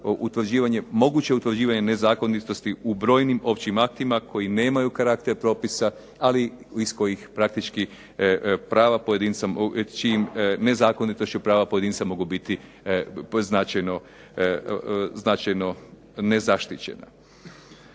moguće utvrđivanje nezakonitosti u brojnim općim aktima koji nemaju karakter propisa, ali iz kojih praktički prava pojedinca, čijim nezakonitošću